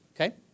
Okay